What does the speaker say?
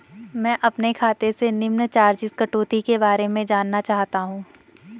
मैं अपने खाते से निम्न चार्जिज़ कटौती के बारे में जानना चाहता हूँ?